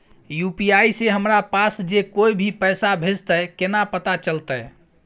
UPI से हमरा पास जे कोय भी पैसा भेजतय केना पता चलते?